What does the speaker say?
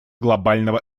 глобального